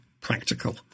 practical